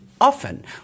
often